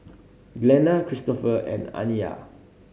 Glenna Kristofer and Aniyah